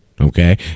okay